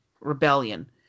Rebellion